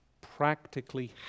practically